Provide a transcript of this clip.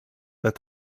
that